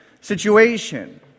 situation